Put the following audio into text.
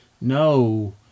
no